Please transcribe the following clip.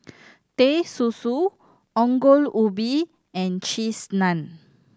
Teh Susu Ongol Ubi and Cheese Naan